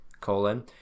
colon